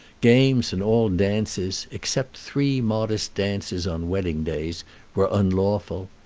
games and all dances, except three modest dances on wedding-days were unlawful.